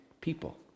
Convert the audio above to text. people